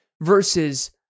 Versus